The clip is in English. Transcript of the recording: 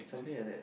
something like that